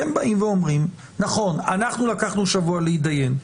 אתם באים ואומרים נכון, אנחנו לקחנו שבוע להתדיין,